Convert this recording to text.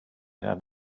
had